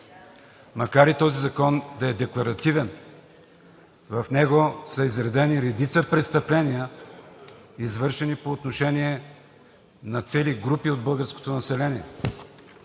Макар и този закон да е декларативен, в него са изредени редица престъпления, извършени по отношение на цели групи от българското население